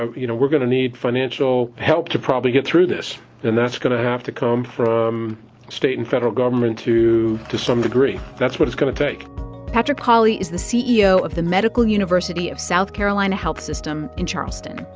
you know, we're going to need financial help to probably get through this, and that's going to have to come from state and federal government to to some degree. that's what it's going to take patrick cawley is the ceo of the medical university of south carolina health system in charleston.